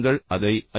நாங்கள் அதை ஐ